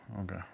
Okay